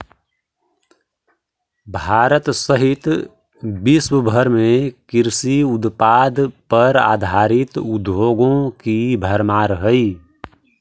भारत सहित विश्व भर में कृषि उत्पाद पर आधारित उद्योगों की भरमार हई